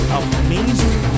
amazing